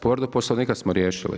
Povredu Poslovnika smo riješili.